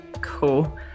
Cool